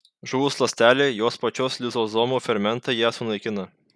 žuvus ląstelei jos pačios lizosomų fermentai ją sunaikina